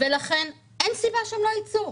אין סיבה שלא יצאו.